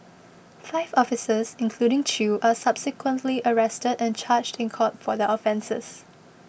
five officers including Chew are subsequently arrested and charged in court for their offences